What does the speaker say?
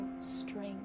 strength